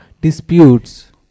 disputes